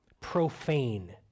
profane